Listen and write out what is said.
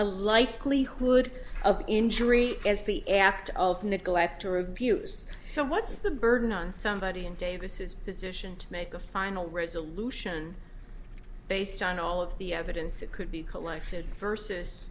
a likelihood of injury as the apt of neglect or abuse so what's the burden on somebody in davis position to make a final resolution based on all of the evidence that could be collected versus